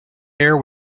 air